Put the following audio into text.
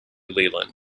leland